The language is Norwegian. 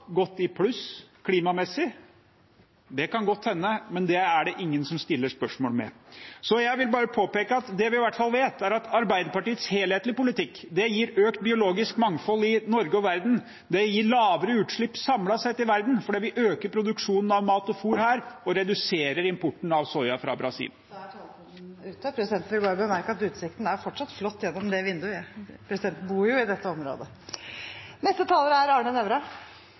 i pluss klimamessig? Det kan godt hende, men ingen stiller spørsmål ved det. Jeg vil påpeke at det vi i hvert fall vet, er at Arbeiderpartiets helhetlige politikk gir økt biologisk mangfold i Norge og i verden, det gir lavere utslipp samlet sett i verden fordi det vil øke produksjonen av mat og fôr her, og reduserer importen av soya fra Brasil. Presidenten vil bare bemerke at utsikten er fortsatt flott gjennom det vinduet, presidenten bor i jo dette området.